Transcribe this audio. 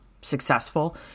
successful